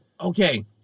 okay